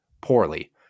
poorly